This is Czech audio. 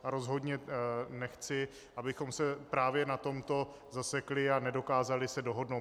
Rozhodně nechci, abychom se právě na tomto zasekli a nedokázali se dohodnout.